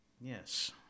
Yes